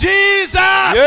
Jesus